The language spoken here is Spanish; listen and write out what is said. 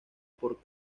por